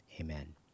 amen